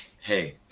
hey